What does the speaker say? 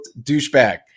douchebag